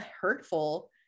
hurtful